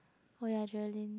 oh ya Adrenaline